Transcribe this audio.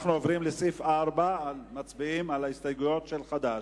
אנחנו עוברים לסעיף 4. מצביעים על ההסתייגויות של חד"ש.